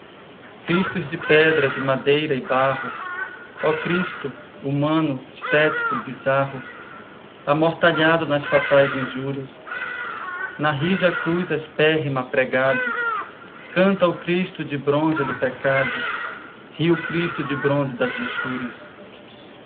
cristos de pedra de madeira e barro ó cristo humano estético bizarro amortalhado nas fatais injurias na rija cruz aspérrima pregado canta o cristo de bronze do pecado ri o cristo de bronze das luxúrias